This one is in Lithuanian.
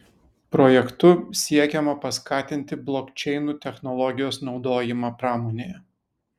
projektu siekiama paskatinti blokčeinų technologijos naudojimą pramonėje